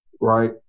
right